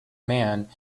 man